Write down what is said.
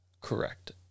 Correct